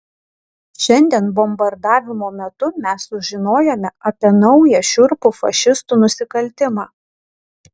šiandien bombardavimo metu mes sužinojome apie naują šiurpų fašistų nusikaltimą